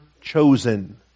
chosen